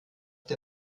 der